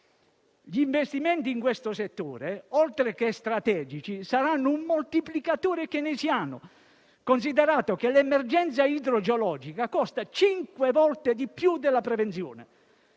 Gli investimenti in questo settore, oltre che strategici, saranno un moltiplicatore keynesiano, considerato che l'emergenza idrogeologica costa cinque volte di più della prevenzione.